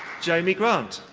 jeremy grant.